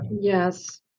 Yes